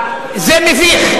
זה מביך.